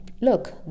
look